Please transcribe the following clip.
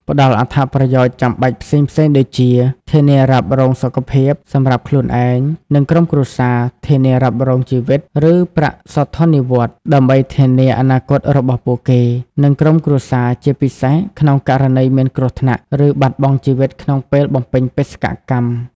ផ្តល់អត្ថប្រយោជន៍ចាំបាច់ផ្សេងៗដូចជា ធានារ៉ាប់រងសុខភាព សម្រាប់ខ្លួនឯង និងក្រុមគ្រួសារ ធានារ៉ាប់រងជីវិត ឬ ប្រាក់សោធននិវត្តន៍ ដើម្បីធានាអនាគតរបស់ពួកគេ និងក្រុមគ្រួសារ ជាពិសេសក្នុងករណីមានគ្រោះថ្នាក់ ឬបាត់បង់ជីវិតក្នុងពេលបំពេញបេសកកម្ម។